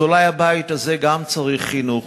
אז אולי גם הבית הזה צריך חינוך.